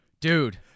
Dude